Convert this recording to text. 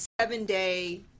seven-day